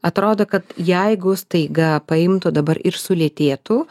atrodo kad jeigu staiga paimtų dabar ir sulėtėtų